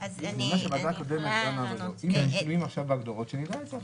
--- אם יש שינויים בהגדרות עכשיו שנדע את זה עכשיו.